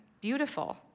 Beautiful